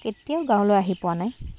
কেতিয়াও গাঁৱলৈ আহি পোৱা নাই